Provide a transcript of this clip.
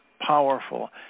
powerful